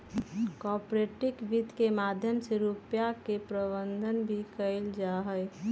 corporate वित्त के माध्यम से रुपिया के प्रबन्धन भी कइल जाहई